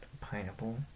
pineapple